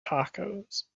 tacos